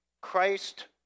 Christ